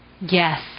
Yes